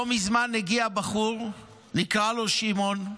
לא מזמן הגיע בחור, נקרא לו שמעון,